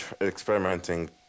experimenting